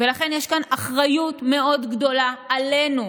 ולכן יש כאן אחריות מאוד גדולה עלינו,